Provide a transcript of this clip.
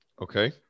Okay